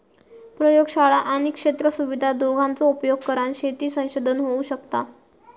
प्रयोगशाळा आणि क्षेत्र सुविधा दोघांचो उपयोग करान शेती संशोधन होऊ शकता